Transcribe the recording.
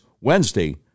Wednesday